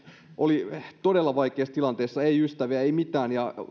oli todella vaikeassa tilanteessa ei ystäviä ei mitään